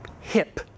hip